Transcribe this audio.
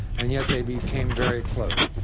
and yet they became very close.